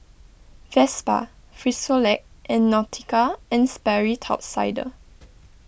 Vespa Frisolac and Nautica and Sperry Top Sider